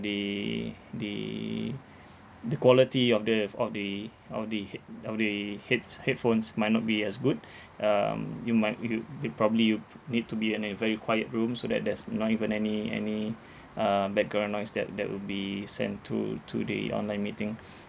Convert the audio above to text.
the the the quality of the f~ of the of the hea~ of the heads~ headphones might not be as good um you might you be probably you need to be in a very quiet rooms so that there's not even any any uh background noise that that will be sent to to the online meeting